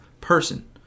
person